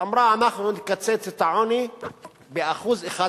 אמרה: אנחנו נקצץ את העוני ב-1% בשנה.